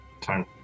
turn